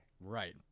Right